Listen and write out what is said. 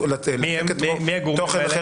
מי הגורמים האלה?